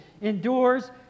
endures